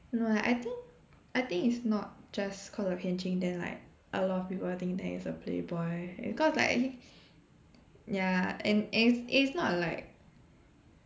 no eh I think I think is not just cause of Hian Ching then like a lot of people think that he's a playboy cause like ya and and is and is not like